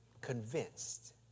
convinced